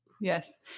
Yes